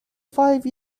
five